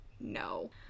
no